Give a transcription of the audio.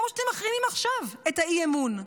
כמו שאתם מחרימים עכשיו את האי-אמון.